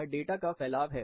यह डेटा का फैलाव है